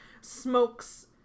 smokes